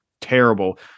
terrible